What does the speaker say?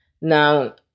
Now